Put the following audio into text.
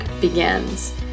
begins